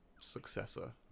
successor